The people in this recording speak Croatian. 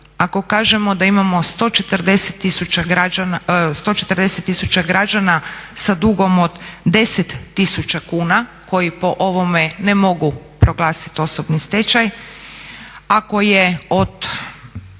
Ako kažemo da imamo 140 000 građana sa dugom od 10 000 kuna koji po ovome ne mogu proglasit osobni stečaj, ako je